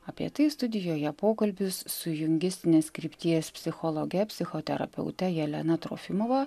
apie tai studijoje pokalbis su jungistinės krypties psichologe psichoterapeute jelena trofimova